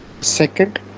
Second